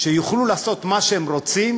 שיוכלו לעשות מה שהם רוצים,